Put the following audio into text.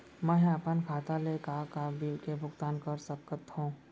मैं ह अपन खाता ले का का बिल के भुगतान कर सकत हो